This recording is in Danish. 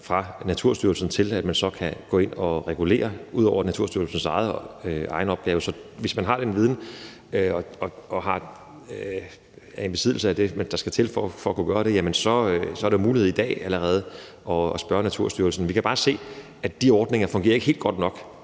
fra Naturstyrelsens side til, at man så kan gå ind og regulere bestanden – ud over Naturstyrelsens egen opgave. Så hvis man har den viden og er i besiddelse af det, der skal til for at kunne gøre det, så er der allerede i dag mulighed for at spørge Naturstyrelsen. Men vi kan bare se, at de ordninger ikke fungerer helt godt nok,